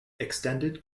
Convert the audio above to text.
extended